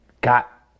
got